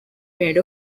made